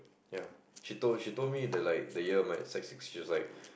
ya she told she told me the like my year of my sex she is like